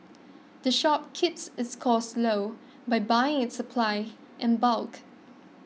the shop keeps its costs low by buying its supplies in bulk